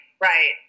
right